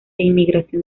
inmigración